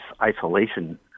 isolation